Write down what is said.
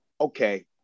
okay